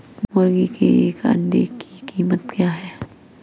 मुर्गी के एक अंडे की कीमत क्या है?